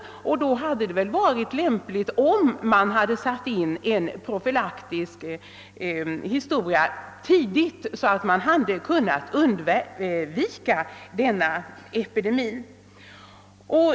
Det hade mot denna bakgrund varit lämpligt att tidigt sätta in profylaktiska åtgärder för att undvika den epidemi vi nu har.